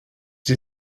die